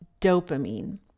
dopamine